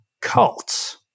Cults